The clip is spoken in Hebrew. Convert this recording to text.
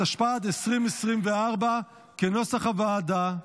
התשפ"ד 2024, כנוסח הוועדה.